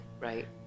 right